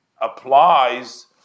applies